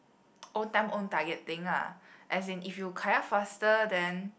own time own target thing lah as in if you kayak faster then